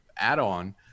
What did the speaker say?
add-on